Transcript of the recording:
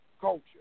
culture